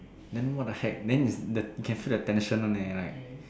then what the heck then is the the you can see the tension one leh like